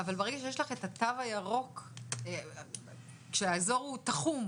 אבל ברגע שיש לך את התו הירוק כשהאזור הוא תחום,